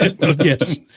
yes